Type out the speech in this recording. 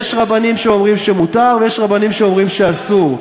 יש רבנים שאומרים שמותר ויש רבנים שאומרים שאסור.